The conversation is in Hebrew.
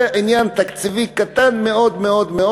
זה עניין תקציבי קטן מאוד מאוד מאוד,